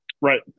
Right